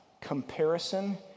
Comparison